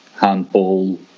handball